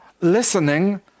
Listening